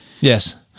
Yes